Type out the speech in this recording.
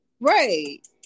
Right